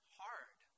hard